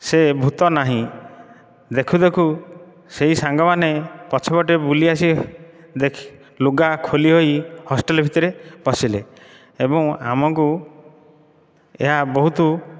ସେ ଭୂତ ନାହିଁ ଦେଖୁ ଦେଖୁ ସେହି ସାଙ୍ଗମାନେ ପଛ ପଟେ ବୁଲି ଆସି ଦେଖି ଲୁଗା ଖୋଲି ହୋଇ ହଷ୍ଟେଲ ଭିତରେ ପଶିଲେ ଏବଂ ଆମକୁ ଏହା ବହୁତ